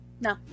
No